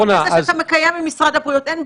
מוגבל לזמן שיאפשר לנו לקיים דיון אמיתי.